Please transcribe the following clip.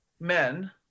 men